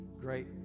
Great